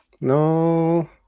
No